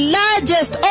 largest